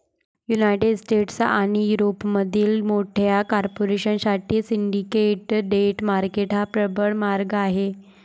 United States आणि युरोपमधील मोठ्या कॉर्पोरेशन साठी सिंडिकेट डेट मार्केट हा प्रबळ मार्ग आहे